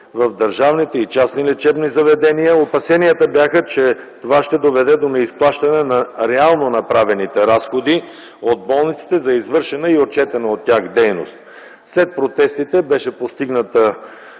в държавните и частни лечебни заведения. Опасенията бяха, че това ще доведе до неизплащане на реално направените разходи от болниците за извършена и отчетена от тях дейност. След протестите беше постигната